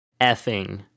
effing